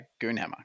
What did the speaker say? Goonhammer